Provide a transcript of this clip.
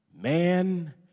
man